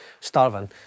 Starving